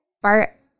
Bart